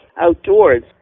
outdoors